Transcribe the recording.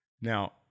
Now